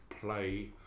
play